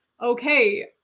okay